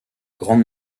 grand